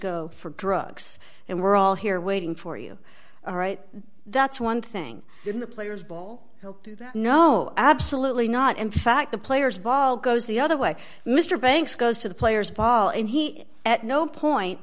go for drugs and we're all here waiting for you all right that's one thing in the players ball no absolutely not in fact the players ball goes the other way mr banks goes to the players ball and he at no point